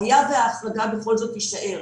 היה וההחרגה בכל זאת תישאר,